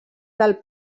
del